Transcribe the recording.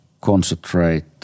concentrate